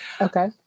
Okay